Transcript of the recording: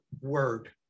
word